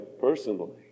personally